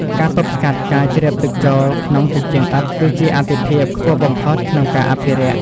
ការទប់ស្កាត់ការជ្រាបទឹកចូលក្នុងជញ្ជាំងឥដ្ឋ គឺជាអាទិភាពខ្ពស់បំផុតក្នុងការអភិរក្ស។